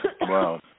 wow